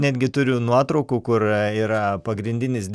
netgi turiu nuotraukų kur yra pagrindinis